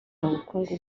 bukungu